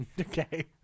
Okay